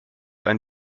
ein